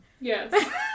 Yes